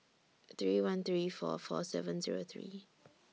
three one three four four seven Zero three